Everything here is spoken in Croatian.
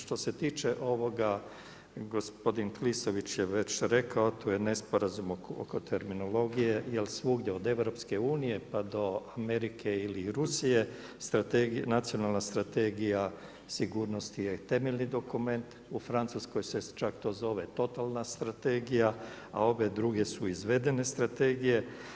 Što se tiče ovoga gospodin Klisović je već rekao, tu je nesporazum oko terminologije, jer svugdje od EU, pa do Amerike ili Rusije nacionalna strategija sigurnosti je temeljni dokument, u Francuskoj se čak to zove totalna strategija, a ove druge su izvedene strategije.